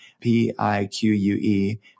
p-i-q-u-e